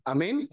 Amen